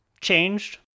changed